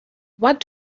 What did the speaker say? what